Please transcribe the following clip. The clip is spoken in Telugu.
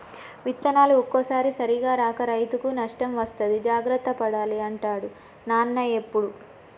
విత్తనాలు ఒక్కోసారి సరిగా రాక రైతుకు నష్టం వస్తది జాగ్రత్త పడాలి అంటాడు నాన్న ఎప్పుడు